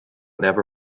never